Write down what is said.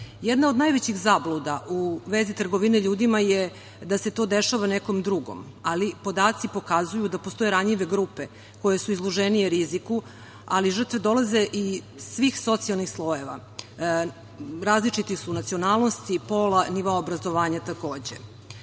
od najvećih zabluda u vezi trgovine ljudima je da se to dešava nekom drugom. Ali, podaci pokazuju da postoje ranjive grupe koje su izloženije riziku. Žrtve dolaze iz svih socijalnih slojeva, različitih su nacionalnosti, pola, nivoa obrazovanja.